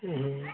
हूँ